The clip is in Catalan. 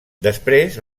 després